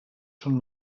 són